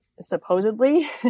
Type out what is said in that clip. supposedly